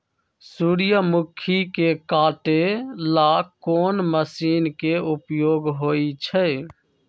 सूर्यमुखी के काटे ला कोंन मशीन के उपयोग होई छइ?